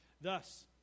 ...thus